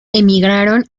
emigraron